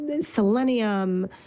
selenium